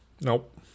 Nope